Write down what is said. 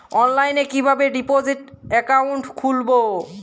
অনলাইনে কিভাবে deposit account খুলবো?